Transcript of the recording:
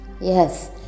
yes